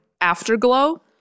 Afterglow